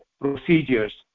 procedures